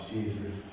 Jesus